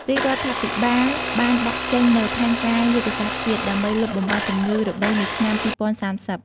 រាជរដ្ឋាភិបាលបានដាក់ចេញនូវផែនការយុទ្ធសាស្ត្រជាតិ ដើម្បីលុបបំបាត់ជំងឺរបេងនៅឆ្នាំ ២០៣០។